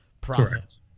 profit